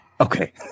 Okay